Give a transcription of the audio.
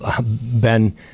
Ben